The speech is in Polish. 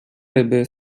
ryby